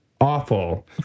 Awful